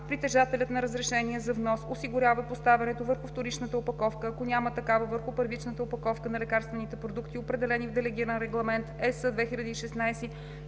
Притежателят на разрешение за внос осигурява поставянето върху вторичната опаковка, а ако няма такава – върху първичната опаковка на лекарствените продукти, определени в Делегиран регламент (ЕС) 2016/161,